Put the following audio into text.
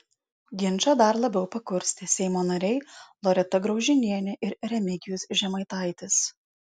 ginčą dar labiau pakurstė seimo nariai loreta graužinienė ir remigijus žemaitaitis